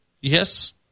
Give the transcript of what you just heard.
Yes